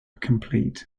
complete